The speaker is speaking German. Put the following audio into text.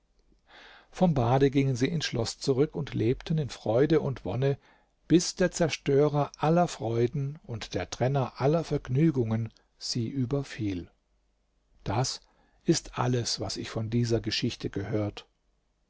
vom bade gingen sie ins schloß zurück und lebten in freude und wonne bis der zerstörer aller freuden und der trenner aller vergnügungen sie überfiel das ist alles was ich von dieser geschichte gehört